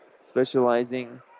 specializing